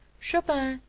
chopin,